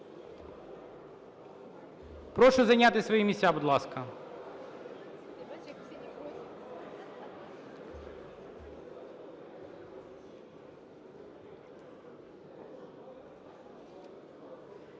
Прошу зайняти свої місця, будь ласка.